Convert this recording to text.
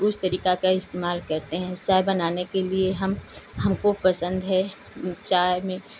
उस तरीका का इस्तेमाल करते हैं चाय बनाने के लिए हम हमको पसंद है चाय में